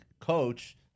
coach